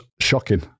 shocking